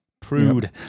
Prude